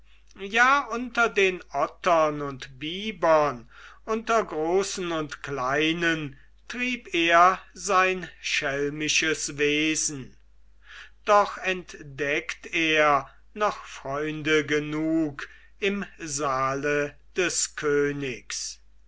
ja unter den ottern und bibern unter großen und kleinen trieb er sein schelmisches wesen doch entdeckt er noch freunde genug im saale des königs